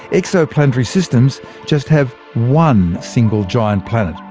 exoplanetary systems just have one single giant planet,